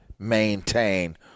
maintain